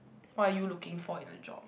what are you looking for in a job